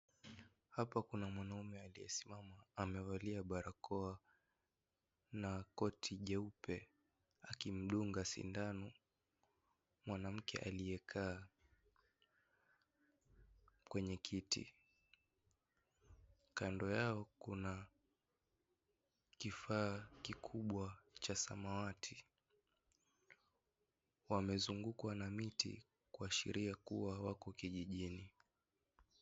Hapa kuna mwanaume aliyesimama amevalia barakoa na koti jeupe akimdunga sindano mwanamke aliyekaa kwenye kiti, kando yao kuna kifaa kikubwa cha samawati. Wamezungukwa na miti kuashiria kuwa wako kijijini.